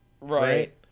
Right